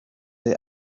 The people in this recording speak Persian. های